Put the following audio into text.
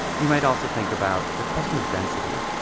you might also think about the question of density.